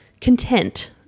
content